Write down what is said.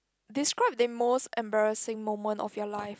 describe the most embarrassing moment of your life